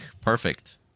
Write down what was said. perfect